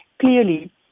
clearly